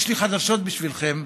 יש לי חדשות בשבילכם: